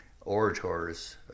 orators